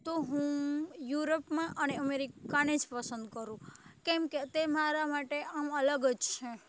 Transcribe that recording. તો હું યૂરોપમાં અને અમેરિકાને જ પસંદ કરું કેમકે તે મારા માટે આમ અલગ જ છે